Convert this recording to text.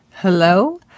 Hello